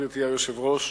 לסדר-היום מס' 1850,